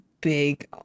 big